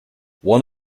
one